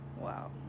wow